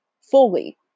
fully